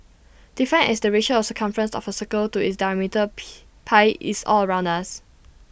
defined as the ratio of the circumference of A circle to its diameter P pi is all around us